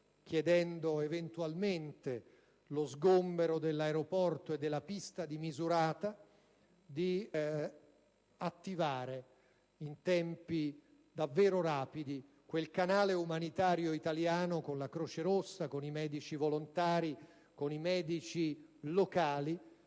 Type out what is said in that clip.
chiedendo eventualmente lo sgombero dell'aeroporto e della pista di Misurata, ad attivare quel canale umanitario italiano con la Croce rossa, con i medici volontari, con i medici locali,